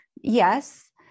Yes